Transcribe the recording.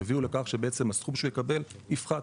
יביאו לכך שהסכום שהוא יקבל יפחת.